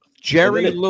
Jerry